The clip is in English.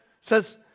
says